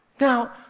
Now